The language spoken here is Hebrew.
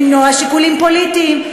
למנוע שיקולים פוליטיים.